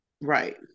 Right